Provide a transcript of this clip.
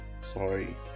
Sorry